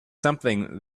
something